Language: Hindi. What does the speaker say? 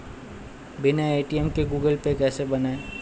बिना ए.टी.एम के गूगल पे कैसे बनायें?